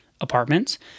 apartments